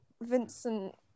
Vincent